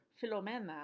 Filomena